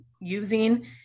using